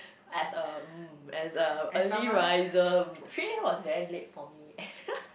as a um as a early riser three A_M was very late for me